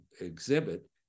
exhibit